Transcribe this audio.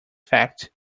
fact